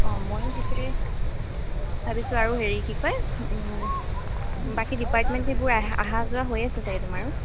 অঁ ময়ো সেইটোৱে ভাবিছোঁ আৰু হেৰি কি কয় বাকী ডিপাৰ্টমেণ্ট সেইবোৰ অহা যোৱা হৈ আছে ছাগে তোমাৰো